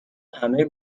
همه